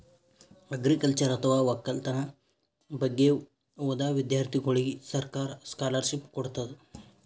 agriculture ಅಥವಾ ವಕ್ಕಲತನ್ ಬಗ್ಗೆ ಓದಾ ವಿಧ್ಯರ್ಥಿಗೋಳಿಗ್ ಸರ್ಕಾರ್ ಸ್ಕಾಲರ್ಷಿಪ್ ಕೊಡ್ತದ್